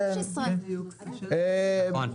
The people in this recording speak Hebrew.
15. כן.